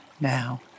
now